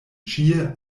ĉie